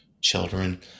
children